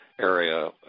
area